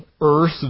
earth